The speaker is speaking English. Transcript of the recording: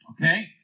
Okay